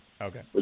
Okay